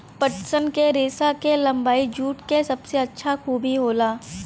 पटसन क रेसा क लम्बाई जूट क सबसे अच्छा खूबी होला